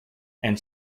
and